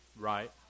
Right